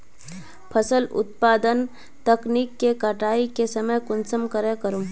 फसल उत्पादन तकनीक के कटाई के समय कुंसम करे करूम?